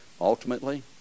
Ultimately